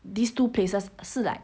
these two places 是 like